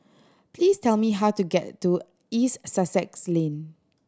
please tell me how to get to East Sussex Lane